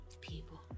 people